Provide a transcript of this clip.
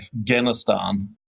Afghanistan